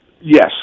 yes